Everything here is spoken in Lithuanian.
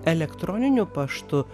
elektroniniu paštu